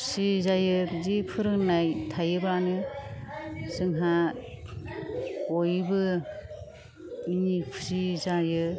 खुसि जायो बिदि फोरोंनाय थायोबानो जोंहा बयबो मिनि खुसि जायो